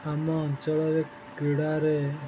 ଆମ ଅଞ୍ଚଳରେ କ୍ରୀଡ଼ାରେ